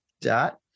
dot